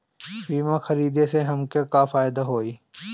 बीमा खरीदे से हमके का फायदा होई?